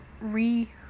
re